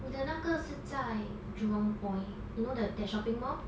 你的那个是在 jurong point you know that shopping mall